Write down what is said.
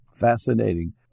fascinating